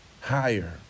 higher